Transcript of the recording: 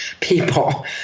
people